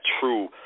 true